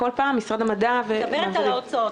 את מדברת על ההוצאות.